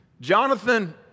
Jonathan